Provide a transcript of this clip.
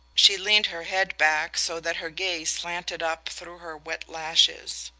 she leaned her head back so that her gaze slanted up through her wet lashes.